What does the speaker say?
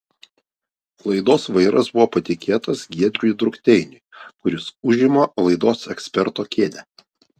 laidos vairas buvo patikėtas giedriui drukteiniui kuris užima laidos eksperto kėdę